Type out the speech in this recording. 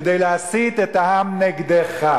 כדי להסית את העם נגדך.